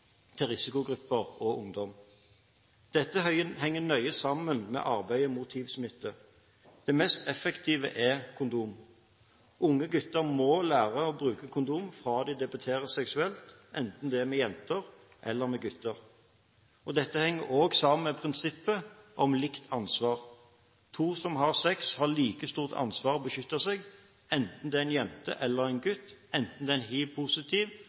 til risikogrupper og ungdom. Dette henger nøye sammen med arbeidet mot hivsmitte. Det mest effektive er kondom. Unge gutter må lære å bruke kondom fra de debuterer seksuelt, enten det er med jenter eller med gutter. Dette henger også sammen med prinsippet om likt ansvar. To som har sex, har like stort ansvar for å beskytte seg – enten det er en jente eller en